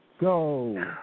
Go